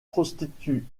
prostituée